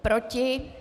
Proti?